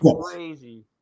crazy